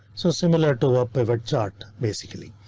so similar to a pivot chart basically.